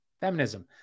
feminism